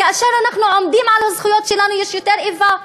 כאשר אנחנו עומדים על הזכויות שלנו יש יותר איבה,